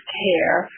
care